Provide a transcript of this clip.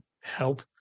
help